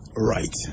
right